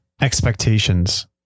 expectations